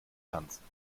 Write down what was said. tanzen